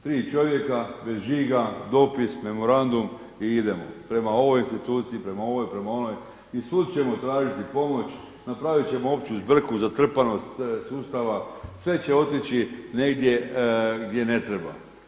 Ti čovjeka bez žiga, dopis, memorandum i idemo prema ovoj instituciji, prema onoj i svuda ćemo tražiti pomoć, napravit ćemo opću zbrku, zatrpanost sustava, sve će otići negdje gdje ne treba.